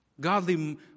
Godly